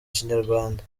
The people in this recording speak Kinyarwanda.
kinyarwanda